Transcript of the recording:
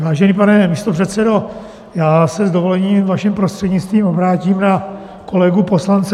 Vážený pane místopředsedo, já se s dovolením vaším prostřednictvím obrátím na kolegu poslance Čižinského.